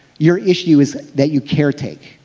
your issue is that you care-take.